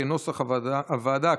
כנוסח הוועדה,